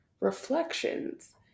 reflections